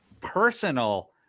personal